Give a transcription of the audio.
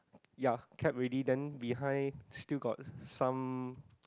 ya cap already then behind still got some